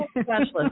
specialist